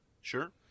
Sure